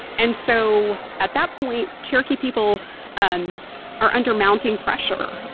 and so at that point, cherokee people um are under mounting pressure